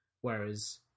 whereas